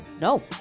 No